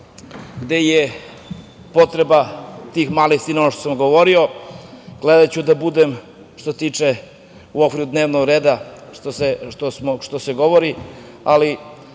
gde je potreba tih malih sinova, što sam govorio. Gledaću da budem u okviru dnevnog reda, što govorim, ali